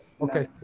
okay